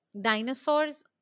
dinosaurs